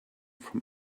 from